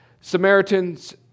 Samaritans